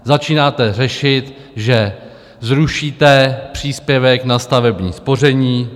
Začínáte řešit, že zrušíte příspěvek na stavební spoření.